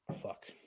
fuck